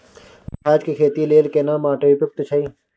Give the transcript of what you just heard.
पियाज के खेती के लेल केना माटी उपयुक्त छियै?